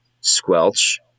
squelch